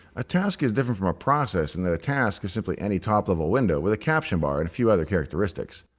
a task is different from a process in that a task is simply any top-level window with a caption bar and a few other characteristics.